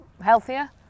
healthier